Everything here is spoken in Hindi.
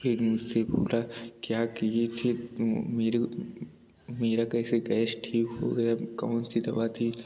फिर मुझसे बोला क्या किए थे मेरे मेरा कैसे गएश ठीक हो गया कौन सी दवा थी